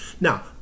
Now